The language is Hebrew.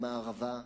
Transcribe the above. במערבה,